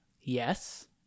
Yes